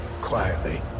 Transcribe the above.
quietly